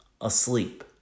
asleep